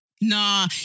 Nah